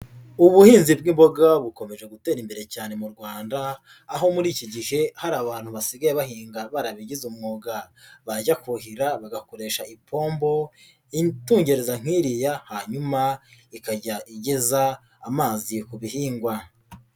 Ubuhinzi bw'imboga bukomeje gutera imbere cyane mu Rwanda aho muri iki gihe hari abantu basigaye bahinga barabigize umwuga, bajya kuhira bagakoresha ipombo itungereza nk'iriya hanyuma ikajya igeza amazi ku bihingwa.